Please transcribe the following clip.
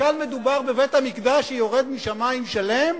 משל מדובר בבית-המקדש, שיורד משמים שלם,